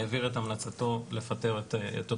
העביר את המלצתו לפטר אותו.